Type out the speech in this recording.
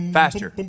faster